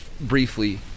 briefly